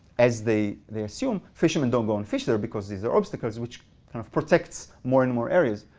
as they they assume, fishermen don't go and fish there, because these are obstacles which kind of protects more and more areas.